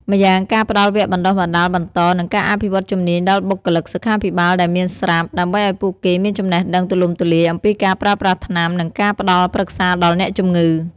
ម្យ៉ាងការផ្ដល់វគ្គបណ្ដុះបណ្ដាលបន្ត និងការអភិវឌ្ឍជំនាញដល់បុគ្គលិកសុខាភិបាលដែលមានស្រាប់ ដើម្បីឱ្យពួកគេមានចំណេះដឹងទូលំទូលាយអំពីការប្រើប្រាស់ថ្នាំ និងការផ្ដល់ប្រឹក្សាដល់អ្នកជំងឺ។